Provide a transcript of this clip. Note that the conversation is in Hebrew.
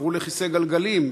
עברו לכיסא גלגלים,